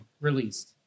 released